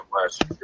last